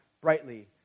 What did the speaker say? brightly